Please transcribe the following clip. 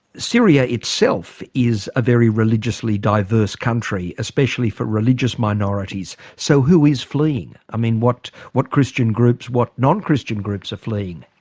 syria itself is a very religiously diverse country, especially for religious minorities. so who is fleeing? i mean, what what christian groups, what non-christian groups are fleeing?